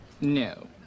No